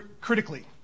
critically